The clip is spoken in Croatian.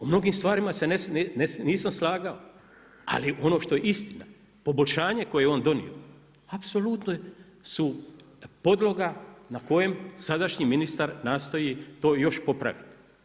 O mnogim se stvarima nisam slagao, ali ono što je istina poboljšanje koje je on donio, apsulutno je podloga na kojem sadašnji ministar nastoji to još popraviti.